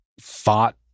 fought